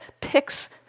picks